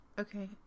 Okay